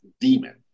Demon